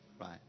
Right